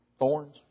thorns